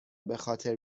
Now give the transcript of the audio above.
بخاطر